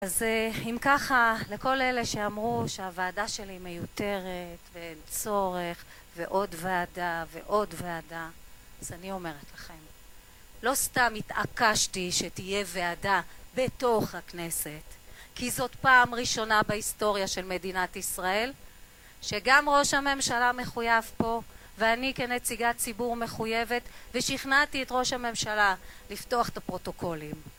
אז אם ככה, לכל אלה שאמרו שהוועדה שלי מיותרת, ואין צורך, ועוד ועדה, ועוד ועדה, אז אני אומרת לכם: לא סתם התעקשתי שתהיה ועדה בתוך הכנסת, כי זאת פעם ראשונה בהיסטוריה של מדינת ישראל, שגם ראש הממשלה מחויב פה, ואני כנציגת ציבור מחויבת, ושכנעתי את ראש הממשלה לפתוח את הפרוטוקולים.